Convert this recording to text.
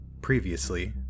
previously